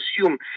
assume